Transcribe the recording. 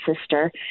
sister